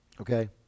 okay